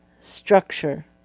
structure